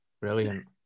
Brilliant